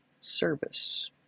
service